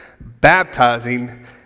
baptizing